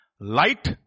Light